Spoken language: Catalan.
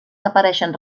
apareixen